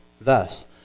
Thus